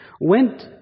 went